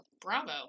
bravo